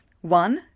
One